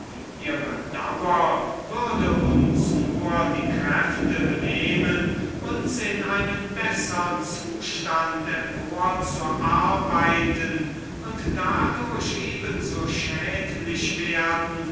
ihre dauer würde uns nur die kräfte benehmen uns in einen bessern zustand emporzuarbeiten und dadurch eben so schädlich werden